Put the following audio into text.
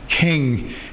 king